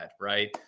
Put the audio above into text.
Right